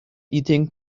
eating